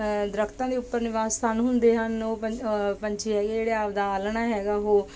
ਦਰੱਖਤਾਂ ਦੇ ਉੱਪਰ ਨਿਵਾਸ ਸਥਾਨ ਹੁੰਦੇ ਹਨ ਉਹ ਪੰ ਪੰਛੀ ਹੈਗੇ ਜਿਹੜੇ ਆਪਦਾ ਆਲ੍ਹਣਾ ਹੈਗਾ ਉਹ